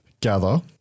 gather